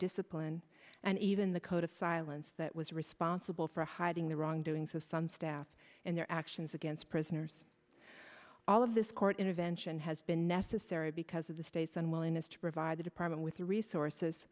discipline and even the code of silence that was responsible for hiding the wrongdoings of some staff and their actions against prisoners all of this court intervention has been necessary because of the state's unwillingness to provide the department with the resources